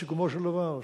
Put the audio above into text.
בסיכומו של דבר,